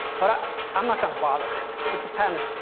but i'm not gonna bother. it's a pen.